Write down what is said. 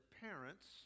parents